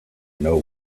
know